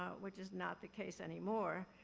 ah which is not the case anymore.